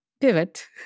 pivot